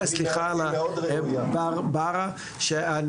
בורבארה, בבקשה.